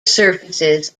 surfaces